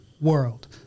world